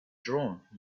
drawn